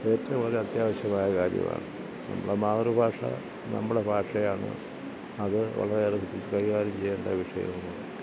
ഏറ്റവും വലിയ അത്യാവശ്യമായ കാര്യമാണ് നമ്മുടെ മാതൃഭാഷ അത് നമ്മളെ ഭാഷയാണ് അത് വളരെയേറെ കൈകാര്യം ചെയ്യേണ്ട വിഷയമാണ്